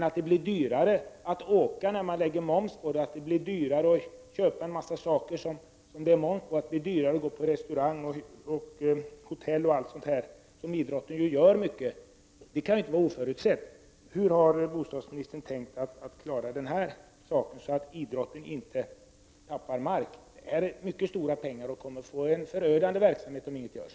Att det på grund av momsen blir dyrare att åka, att köpa en mängd saker, att äta på restaurang och att bo på hotell — varor och tjänster som idrottsrörelsen utnyttjar mycket — kan inte vara oförutsett. Hur har bostadsministern tänk klara detta så att inte idrotten tappar mark? Det rör sig om mycket stora pengar, och det kommer att få förödande effekter om ingenting görs.